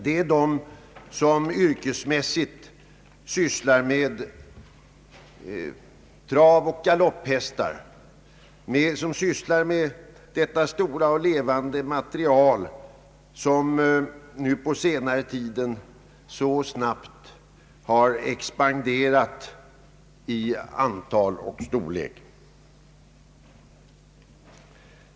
Det är här fråga om personer som yrkesmässigt sysslar med travoch galopphästar.